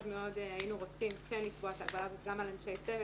מאוד היינו רוצים כן לקבוע את ההגבלה הזאת גם על אנשי צוות.